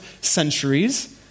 centuries